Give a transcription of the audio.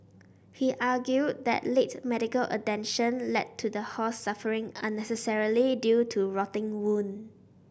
he argued that late medical attention led to the horse suffering unnecessarily due to rotting wound